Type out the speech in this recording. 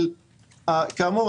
אבל כאמור,